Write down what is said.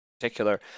particular